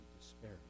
despair